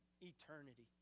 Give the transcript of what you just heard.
eternity